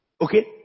Okay